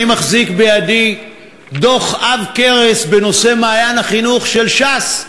אני מחזיק בידי דוח עב כרס בנושא "מעיין החינוך" של ש"ס.